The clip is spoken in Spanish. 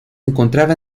encontraba